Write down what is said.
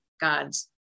God's